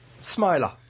Smiler